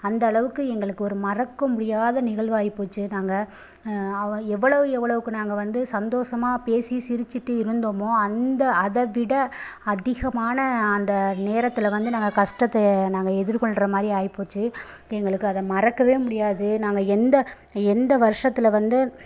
அந்த அளவுக்கு எங்களுக்கு ஒரு மறக்க முடியாத நிகழ்வாகி போச்சு நாங்கள் எவ்வுளோ எவ்வுலோவுக்கு நாங்கள் வந்து சந்தோசமாக பேசி சிரிச்சுட்டு இருந்தோமோ அந்த அதைவிட அதிகமான அந்த நேரத்தில் வந்து கஷ்டத்தை நாங்கள் எதிர் கொள்ற மாதிரி ஆகிப்போயிடுச்சி எங்களுக்கு அத மறக்கவே முடியாது நாங்கள் எந்த எந்த வருஷத்தில் வந்து